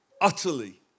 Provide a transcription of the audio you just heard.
utterly